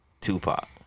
Tupac